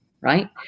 Right